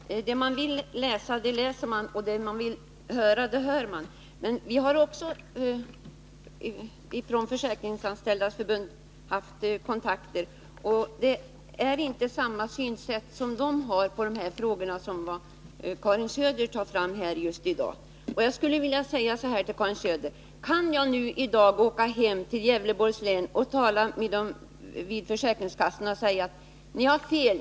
Herr talman! Det man vill läsa, det läser man, och det man vill höra, det hör man. Också Försäkringsanställdas förbund har haft kontakter med de anställda, och de har inte samma synsätt när det gäller dessa frågor som Karin Söder redovisar i dag. Jag skulle vilja fråga Karin Söder: Kan jag i dag åka hem till Gävleborgs län och säga till de försäkringskasseanställda: Ni har fel!